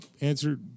answer